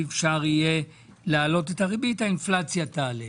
אפשר יהיה להעלות את הריבית האינפלציה תעלה.